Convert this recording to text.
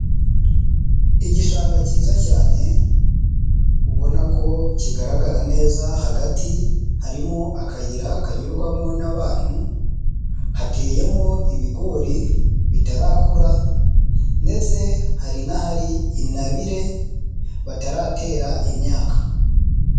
Igishanga kiza cyane ubona ko kigaragara neza. Hagati harimo akayira kanyurwamo n'abantu. Hateyemo ibigori bitarakura ndetse hari n'ahari intabire bataratera imyaka.